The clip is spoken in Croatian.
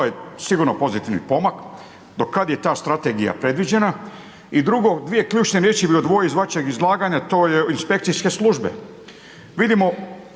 to je sigurno pozitivni pomak. Do kad je ta strategija predviđena? I drugo dvije ključne riječi bi odvojio iz vašeg izlaganja, to je inspekcijske službe.